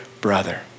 brother